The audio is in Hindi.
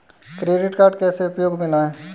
क्रेडिट कार्ड कैसे उपयोग में लाएँ?